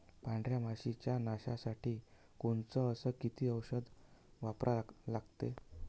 पांढऱ्या माशी च्या नाशा साठी कोनचं अस किती औषध वापरा लागते?